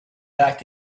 back